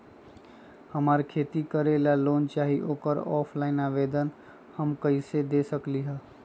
हमरा खेती करेला लोन चाहि ओकर ऑफलाइन आवेदन हम कईसे दे सकलि ह?